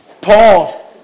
Paul